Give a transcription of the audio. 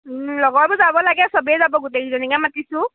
লগৰবোৰ যাব লাগে চবেই যাব গোটেইকেইজনীকে মাতিছোঁ